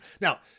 Now